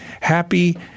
happy